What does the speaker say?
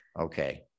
okay